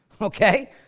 okay